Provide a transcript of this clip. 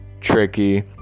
tricky